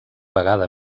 vegada